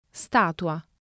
Statua